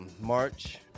march